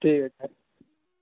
ٹھیک ہے